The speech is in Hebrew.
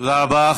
תודה רבה.